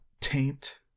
taint